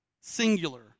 singular